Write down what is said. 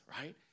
right